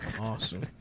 Awesome